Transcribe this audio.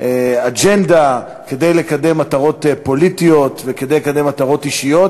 אג'נדה כדי לקדם מטרות פוליטיות וכדי לקדם מטרות אישיות.